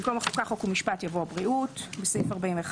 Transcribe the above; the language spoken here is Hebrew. במקום "החוקה חוק ומשפט" יבוא "הבריאות"; בסעיף 41,